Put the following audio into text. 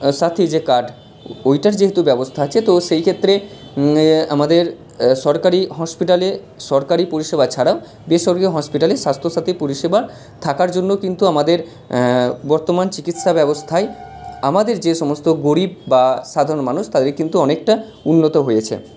সাথী যে কার্ড ওইটার যেহেতু ব্যবস্থা আছে তো সেই ক্ষেত্রে আমাদের সরকারি হসপিটালে সরকারি পরিষেবা ছাড়াও বেসরকারি হসপিটালে স্বাস্থ্য সাথী পরিষেবার থাকার জন্য কিন্তু আমাদের বর্তমান চিকিৎসা ব্যবস্থায় আমাদের যে সমস্ত গরীব বা সাধারণ মানুষ তাদের কিন্তু অনেকটা উন্নত হয়েছে